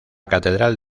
catedral